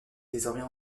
désormais